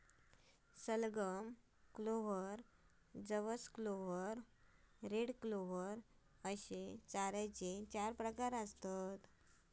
सलगम, क्लोव्हर, जवस clover, red clover अश्ये चाऱ्याचे चार प्रकार आसत